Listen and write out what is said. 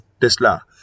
Tesla